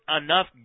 enough